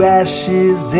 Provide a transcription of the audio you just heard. ashes